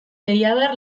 deiadar